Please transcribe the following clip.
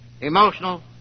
emotional